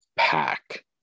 pack